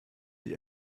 die